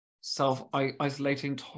self-isolating